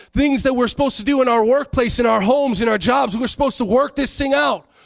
things that we're supposed to do in our workplace, in our homes, in our jobs. we're supposed to work this thing out.